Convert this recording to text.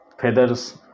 feathers